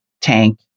tank